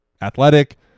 athletic